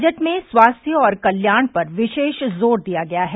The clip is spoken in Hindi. बजट में स्वास्थ्य और कल्याण पर विशेष जोर दिया गया है